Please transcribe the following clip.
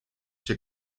się